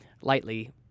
lightly